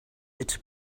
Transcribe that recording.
its